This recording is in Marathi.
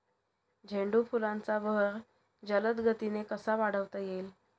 झेंडू फुलांचा बहर जलद गतीने कसा वाढवता येईल?